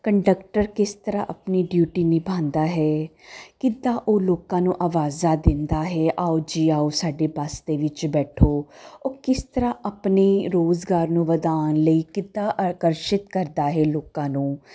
conductor ਕਿਸ ਤਰ੍ਹਾਂ ਆਪਣੀ ਡਿਊਟੀ ਨਿਭਾਉਂਦਾ ਹੈ ਕਿੱਦਾਂ ਉਹ ਲੋਕਾਂ ਨੂੰ ਆਵਾਜ਼ਾਂ ਦਿੰਦਾ ਹੈ ਆਓ ਜੀ ਆਓ ਸਾਡੇ ਬੱਸ ਦੇ ਵਿੱਚ ਬੈਠੋ ਉਹ ਕਿਸ ਤਰ੍ਹਾਂ ਆਪਣੇ ਰੋਜ਼ਗਾਰ ਨੂੰ ਵਧਾਉਣ ਲਈ ਕਿੱਦਾਂ ਆਕਰਸ਼ਿਤ ਕਰਦਾ ਹੈ ਲੋਕਾਂ ਨੂੰ